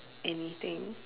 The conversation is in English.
anything